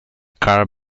karl